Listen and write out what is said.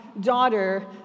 daughter